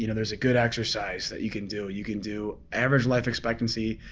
you know there's a good exercise that you can do. you can do average life expectancy,